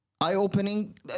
Eye-opening